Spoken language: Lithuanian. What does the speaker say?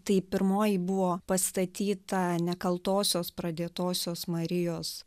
tai pirmoji buvo pastatyta nekaltosios pradėtosios marijos